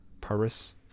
Paris